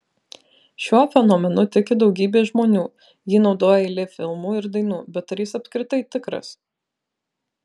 šiuo fenomenu tiki daugybė žmonių jį naudoja eilė filmų ir dainų bet ar jis apskritai tikras